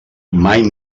mai